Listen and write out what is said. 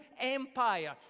Empire